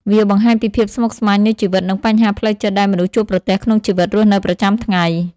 វាបង្ហាញពីភាពស្មុគស្មាញនៃជីវិត និងបញ្ហាផ្លូវចិត្តដែលមនុស្សជួបប្រទះក្នុងជីវិតរស់នៅប្រចាំថ្ងៃ។